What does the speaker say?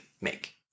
make